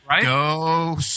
Go